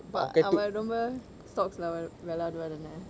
but அவ ரொம்ப:ava romba stocks விளை~ விளையாடுவா தானே:vila~ vilayaaduvaa thaane